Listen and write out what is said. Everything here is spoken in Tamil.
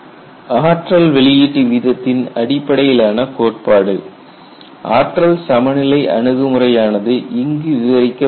ஆற்றல் வெளியீட்டு வீதத்தின் அடிப்படையிலான கோட்பாடு ஆற்றல் சமநிலை அணுகுமுறையானது இங்கு விவரிக்கப்படுகிறது